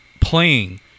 playing